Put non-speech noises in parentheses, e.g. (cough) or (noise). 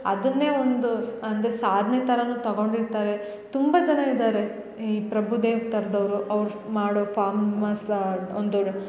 ಅದನ್ನೆ ಒಂದು ಅಂದರೆ ಸಾಧ್ನೆ ಥರ ತಗೊಂರ್ತಾರೆ ತುಂಬ ಜನ ಇದಾರೆ ಈ ಪ್ರಭುದೇವ ತರ್ದೋರು ಅವ್ರು ಮಾಡೋ ಫಾಮ್ಮಸ ಒಂದು (unintelligible)